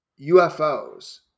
UFOs